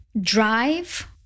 drive